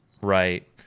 Right